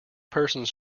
persons